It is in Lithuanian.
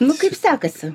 nu kaip sekasi